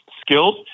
skills